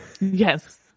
yes